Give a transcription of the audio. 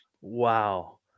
Wow